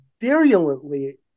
virulently